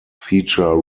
feature